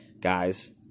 guys